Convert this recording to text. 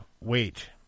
wait